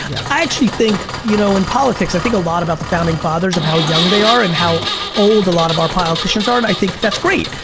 i actually think, you know, in politics, i think a lot about the founding fathers, of how young they are and how old a lot of our politicians are, and i think that's great!